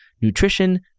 nutrition